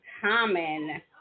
common